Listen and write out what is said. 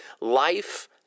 life